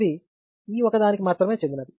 ఇది ఈ ఒక దానికి మాత్రమే చెందినది